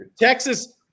Texas